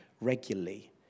regularly